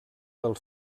del